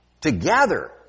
together